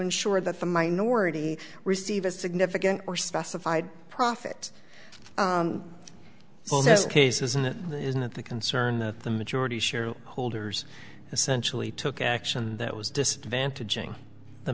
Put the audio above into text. ensure that the minority receive a significant or specified profit so this case isn't it isn't that the concern that the majority share holders essentially took action that was disadvantage